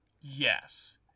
yes